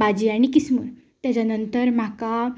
भाजी आनी किसमूर तेच्या नंतर म्हाका